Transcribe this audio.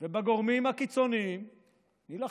ובגורמים הקיצוניים נילחם?